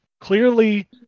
clearly